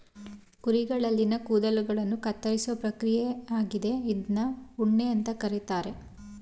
ಕುರಿಗಳಲ್ಲಿನ ಕೂದಲುಗಳನ್ನ ಕತ್ತರಿಸೋ ಪ್ರಕ್ರಿಯೆ ಆಗಿದೆ ಇದ್ನ ಉಣ್ಣೆ ಅಂತ ಕರೀತಾರೆ